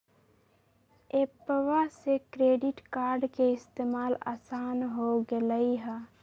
एप्पवा से credit card के इस्तेमाल असान हो गेलई ह